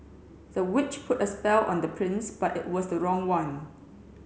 the witch put a spell on the prince but it was the wrong one